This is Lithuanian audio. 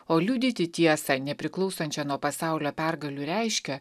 o liudyti tiesą nepriklausančią nuo pasaulio pergalių reiškia